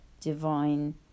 divine